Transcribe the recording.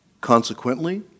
Consequently